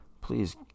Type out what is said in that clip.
please